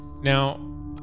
now